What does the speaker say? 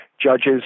judges